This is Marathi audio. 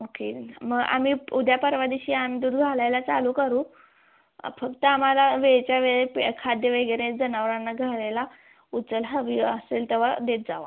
ओके मग आम्ही उद्या परवा दिवशी आम्ही दूध घालायला चालू करू फक्त आम्हाला वेळच्या वेळेत खाद्य वगैरे जनावरांना घालायला उचल हवी असेल तेव्हा देत जावा